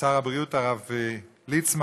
שר הבריאות הרב ליצמן